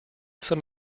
some